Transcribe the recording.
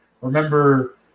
remember